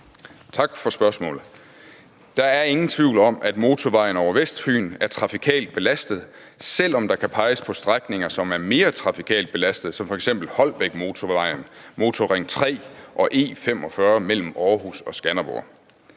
Tak for spørgsmålet. Der er ingen tvivl om, at motorvejen over Vestfyn er trafikalt belastet, selv om der kan peges på strækninger, som er mere trafikalt belastede som f.eks. Holbækmotorvejen, Motorring 3 og E45 mellem Aarhus og Skanderborg.